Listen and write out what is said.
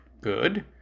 good